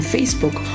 Facebook